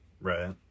Right